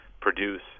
produce